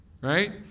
Right